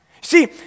See